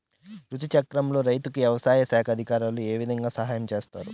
రుతు చక్రంలో రైతుకు వ్యవసాయ శాఖ అధికారులు ఏ విధంగా సహాయం చేస్తారు?